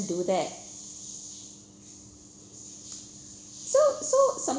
do that so so